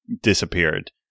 disappeared